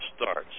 starts